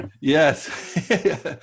Yes